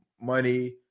money